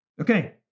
Okay